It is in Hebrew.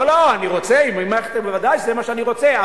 לא, ודאי שזה מה שאני רוצה.